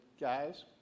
guys